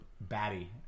Batty